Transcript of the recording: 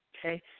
okay